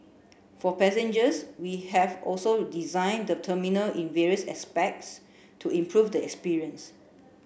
for passengers we have also design the terminal in various aspects to improve the experience